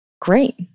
great